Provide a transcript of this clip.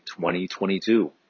2022